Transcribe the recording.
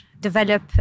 develop